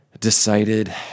decided